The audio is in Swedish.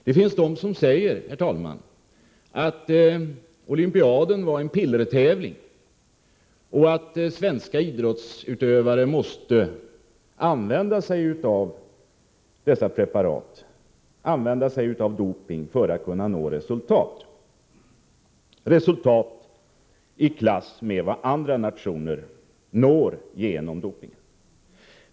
Det finns de som säger att olympiaden var en pillertävling, och att svenska idrottsutövare måste använda sig av doping för att kunna nå resultat som är i klass med vad andra nationers idrottsutövare når genom doping.